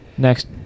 next